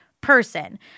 person